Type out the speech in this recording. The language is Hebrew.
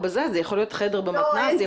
זה יכול להיות חדר במתנ"ס,